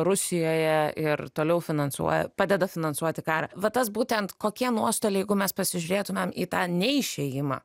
rusijoje ir toliau finansuoja padeda finansuoti karą va tas būtent kokie nuostoliai jeigu mes pasižiūrėtumėm į tą neišėjimą